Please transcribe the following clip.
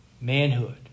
Manhood